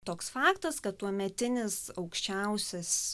toks faktas kad tuometinis aukščiausias